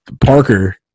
Parker